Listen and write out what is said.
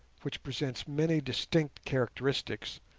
which presents many distinct characteristics,